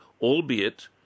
albeit